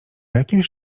jakimś